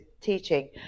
teaching